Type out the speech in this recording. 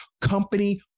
company